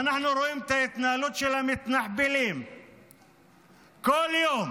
אנחנו רואים את ההתנהלות של המתנחבלים כל יום,